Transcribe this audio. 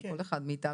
כל אחד מאתנו.